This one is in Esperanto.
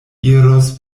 iros